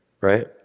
right